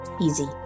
easy